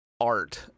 art